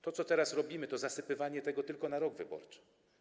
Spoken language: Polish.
To, co teraz robimy, to zasypywanie tego tylko na rok wyborczy.